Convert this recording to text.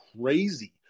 crazy